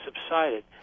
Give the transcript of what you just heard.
subsided